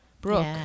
Brooke